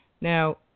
Now